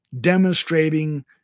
demonstrating